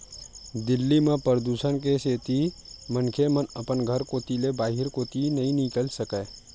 दिल्ली म परदूसन के सेती मनखे मन अपन घर कोती ले बाहिर कोती नइ निकल सकय